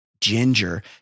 Ginger